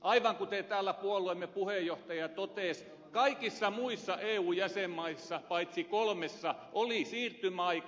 aivan kuten täällä puolueemme puheenjohtaja totesi kaikissa muissa eu jäsenmaissa paitsi kolmessa oli siirtymäaika